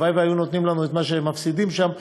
והלוואי שהיו נותנים לנו את מה שהם מפסידים שם,